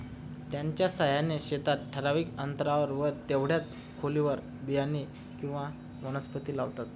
त्याच्या साहाय्याने शेतात ठराविक अंतरावर व तेवढ्याच खोलीवर बियाणे किंवा वनस्पती लावतात